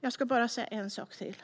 Jag ska bara säga en sak till.